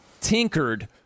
tinkered